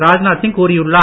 ராஜ்நாத் சிங் கூறியுள்ளார்